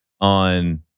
on